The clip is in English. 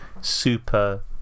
super